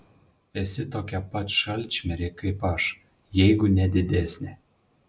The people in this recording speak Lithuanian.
esi tokia pat šalčmirė kaip aš jeigu ne didesnė